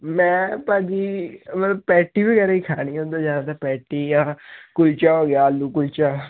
ਮੈਂ ਭਾਅ ਜੀ ਮਤਲਵ ਪੈਟੀ ਵਗੈਰਾ ਹੀ ਖਾਣੀਆ ਜਿਆਦਾ ਪੈਟੀ ਆ ਕੁਲਚਾ ਹੋ ਗਿਆ ਆਲੂ ਕਲਤਾ